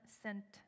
sent